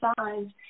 signs